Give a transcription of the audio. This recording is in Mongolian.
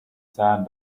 сайн